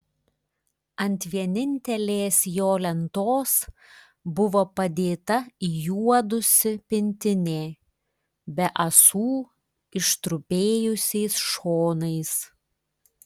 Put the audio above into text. ant vienintelės jo lentos buvo padėta įjuodusi pintinė be ąsų ištrupėjusiais šonais